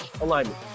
alignment